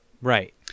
Right